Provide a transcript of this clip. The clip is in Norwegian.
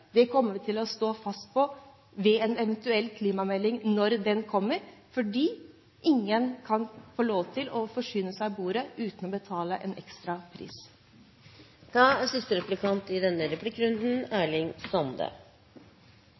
det kommer vi til å stå fast på ved en eventuell klimamelding – når den kommer – fordi ingen kan få lov til å forsyne seg av bordet uten å betale en ekstra